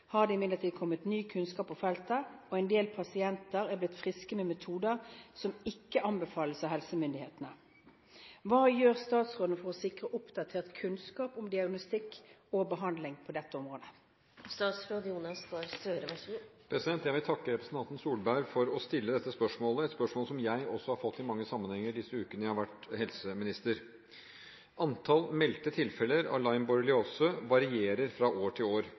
har det imidlertid kommet ny kunnskap på feltet, og en del pasienter har blitt friske med metoder som ikke anbefales av helsemyndighetene. Hva gjør statsråden for å sikre oppdatert kunnskap om diagnostikk og behandling på dette området?» Jeg vil takke representanten Solberg for at hun stiller dette spørsmålet, et spørsmål som jeg også har fått i mange sammenhenger disse ukene jeg har vært helseminister. Antall meldte tilfeller av Lyme borreliose varierer fra år til år.